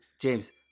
james